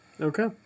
Okay